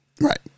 Right